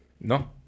no